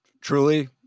truly